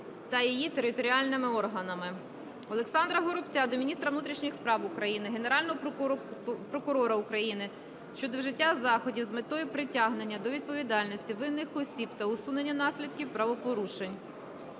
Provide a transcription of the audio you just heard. та її територіальними органами. Олександра Горобця до міністра внутрішніх справ України, Генерального прокурора України щодо вжиття заходів з метою притягнення до відповідальності винних осіб та усунення наслідків правопорушень.